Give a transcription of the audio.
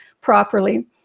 properly